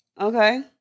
Okay